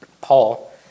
Paul